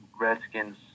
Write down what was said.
Redskins